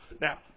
Now